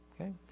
okay